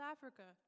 Africa